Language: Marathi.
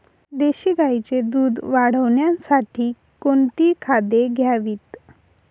देशी गाईचे दूध वाढवण्यासाठी कोणती खाद्ये द्यावीत?